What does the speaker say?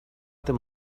them